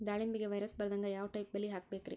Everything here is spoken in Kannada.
ದಾಳಿಂಬೆಗೆ ವೈರಸ್ ಬರದಂಗ ಯಾವ್ ಟೈಪ್ ಬಲಿ ಹಾಕಬೇಕ್ರಿ?